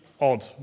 odd